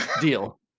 Deal